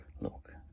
look